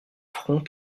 front